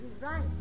right